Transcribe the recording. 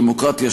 דמוקרטיה,